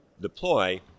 deploy